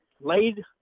laid